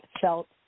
felt